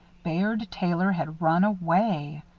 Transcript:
bayard taylor had run away!